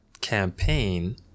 campaign